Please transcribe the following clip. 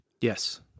Yes